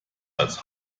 als